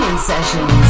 sessions